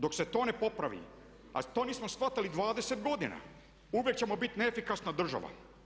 Dok se to ne popravi, a to nismo shvatili 20 godina, uvijek ćemo biti neefikasna država.